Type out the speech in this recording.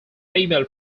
female